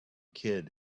kid